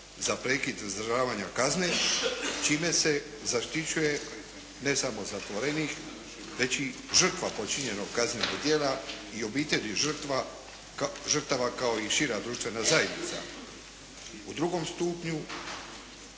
za prekid izdržavanja kazne čime se zaštićuje ne samo zatvorenik, već i žrtva počinjenog kaznenog djela i obitelji žrtava, kao i šira društvena zajednica. U drugom stupnju